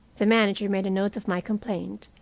the manager made a note of my complaint,